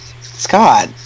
Scott